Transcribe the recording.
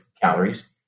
calories